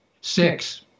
Six